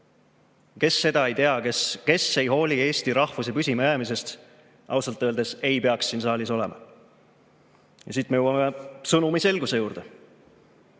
Kes seda ei tea, kes ei hooli eesti rahvuse püsimajäämisest, ausalt öeldes ei peaks siin saalis olema. Ja siit me jõuame sõnumi selguse juurde.